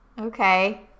Okay